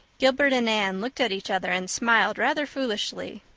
gilbert and anne looked at each other and smiled rather foolishly.